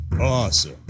awesome